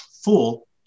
full